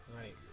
Right